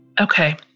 Okay